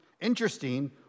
Interesting